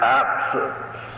absence